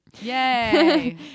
Yay